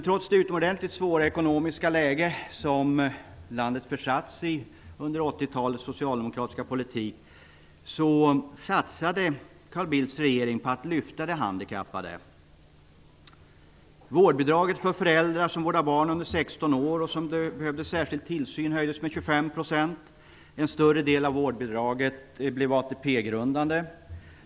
Trots det utomordentligt svåra ekonomiska läge som landet försatts i under 80-talets socialdemokratiska politik satsade Carl Bildts regering på att lyfta fram de handikappades situation.